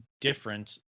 different